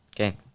Okay